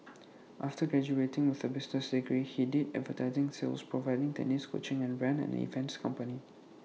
after graduating with A business degree he did advertising sales provided tennis coaching and ran an events company